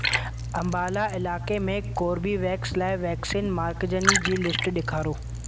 अम्बाला इलाइक़े में कोर्बीवेक्स लाइ वैक्सीन मार्कज़नि जी लिस्ट ॾेखारियो